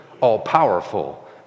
all-powerful